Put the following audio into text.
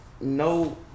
no